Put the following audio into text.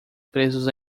presos